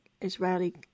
Israeli